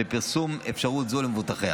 בפרסום אפשרות זו למבוטחיה.